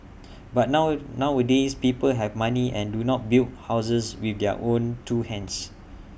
but now nowadays people have money and do not build houses with their own two hands